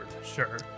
sure